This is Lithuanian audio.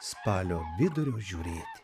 spalio vidurio žiūrėti